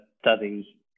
study